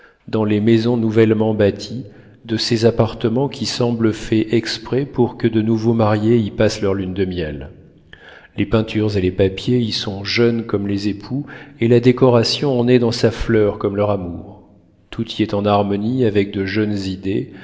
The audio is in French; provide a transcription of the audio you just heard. dans les maisons nouvellement bâties de ces appartements qui semblent faits exprès pour que de nouveaux mariés y passent leur lune de miel les peintures et les papiers y sont jeunes comme les époux et la décoration en est dans sa fleur comme leur amour tout y est en harmonie avec de jeunes idées